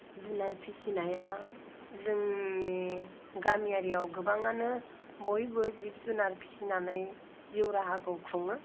जुनार फिसिनाया जोंनि गामियारियाव गोबाङानो बयबो जिब जुनार फिसिनानै जिउ राहाखौ खुङो